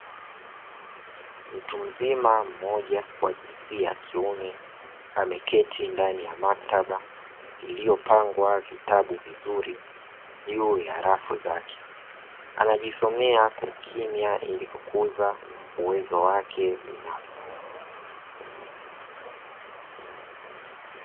Mtu mzima mmoja wa jinsia ya kiume ameketi ndani ya maktaba iliyopangwa vitabu vizuri juu ya rafu zake, anajisomea kwa ukimya ili kukuza uwezo wake binafsi.